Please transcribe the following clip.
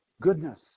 goodness